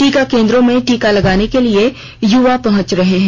टीका केंद्रों में टीका लेने के लिए युवा पहुंच रहे हैं